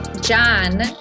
John